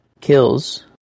kills